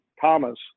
Thomas